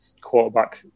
quarterback